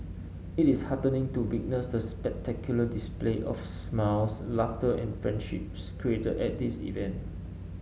it is heartening to witness the spectacular display of smiles laughter and friendships created at this event